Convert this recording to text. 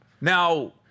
Now